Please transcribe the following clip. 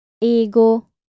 Ego